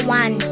one